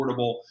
affordable